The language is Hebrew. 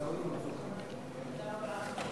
תודה רבה,